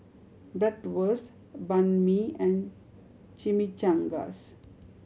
Bratwurst Banh Mi and Chimichangas